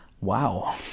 Wow